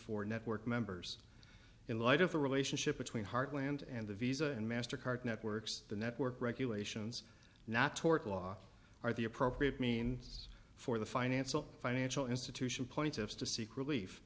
for network members in light of the relationship between heartland and the visa and master card networks the network regulations not tort law or the appropriate means for the financial financial institution points of to seek relief